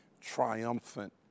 triumphant